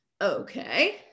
Okay